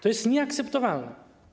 To jest nieakceptowalne.